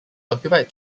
occupied